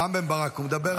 רם בן ברק, הוא מדבר על חטוף.